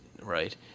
right